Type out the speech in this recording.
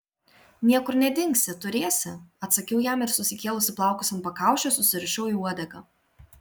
niekur nedingsi turėsi atsakiau jam ir susikėlusi plaukus ant pakaušio susirišau į uodegą